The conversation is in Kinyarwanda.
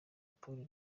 polly